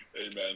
Amen